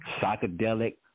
Psychedelic